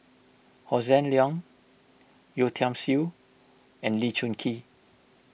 Hossan Leong Yeo Tiam Siew and Lee Choon Kee